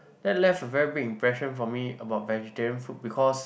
that left a very big impression for me about vegetarian food because